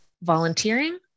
volunteering